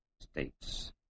states